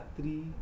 three